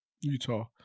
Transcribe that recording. Utah